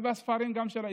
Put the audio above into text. וגם בספרים של האסלאם.